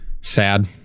sad